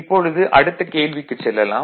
இப்பொழுது அடுத்த கேள்விக்குச் செல்வோம்